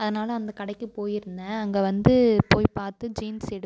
அதனால் அந்த கடைக்குப் போயிருந்தேன் அங்கே வந்து போய் பார்த்து ஜீன்ஸ் எடுத்தேன்